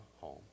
home